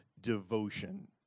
devotion